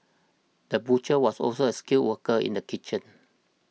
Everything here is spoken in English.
the butcher was also a skilled worker in the kitchen